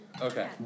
Okay